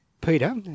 Peter